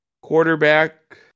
Quarterback